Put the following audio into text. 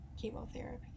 chemotherapy